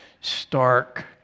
stark